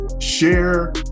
share